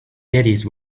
caddies